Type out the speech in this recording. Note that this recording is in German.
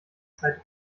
zeit